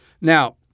now